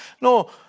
No